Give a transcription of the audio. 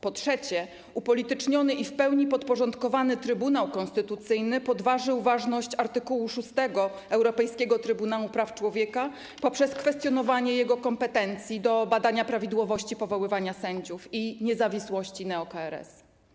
Po trzecie, upolityczniony i w pełni podporządkowany Trybunał Konstytucyjny podważył ważność art. 6 Europejskiego Trybunału Praw Człowieka poprzez kwestionowanie jego kompetencji do badania prawidłowości powoływania sędziów i niezawisłości neo-KRS.